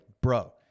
bro